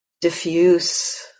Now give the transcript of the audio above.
diffuse